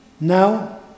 Now